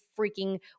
freaking